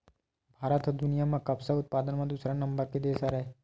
भारत ह दुनिया म कपसा उत्पादन म दूसरा नंबर के देस हरय